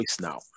now